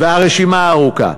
והרשימה ארוכה.